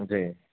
جی